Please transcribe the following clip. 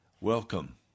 Welcome